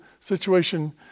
situation